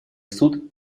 суд